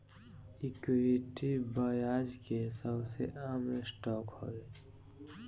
equity, ब्याज के सबसे आम स्टॉक हवे